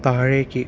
താഴേക്ക്